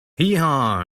heehaw